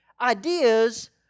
ideas